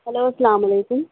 hello السلام علیکم